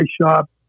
shop